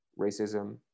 racism